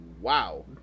Wow